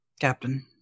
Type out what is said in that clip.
Captain